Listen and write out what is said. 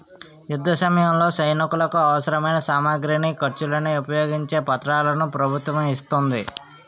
యుద్ధసమయంలో సైనికులకు అవసరమైన సామగ్రిని, ఖర్చులను ఉపయోగించే పత్రాలను ప్రభుత్వం ఇస్తోంది